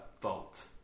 fault